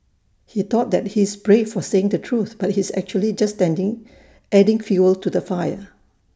he thought that he's brave for saying the truth but he's actually just standing adding fuel to the fire